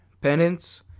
penance